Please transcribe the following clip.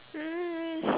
mm